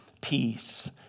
peace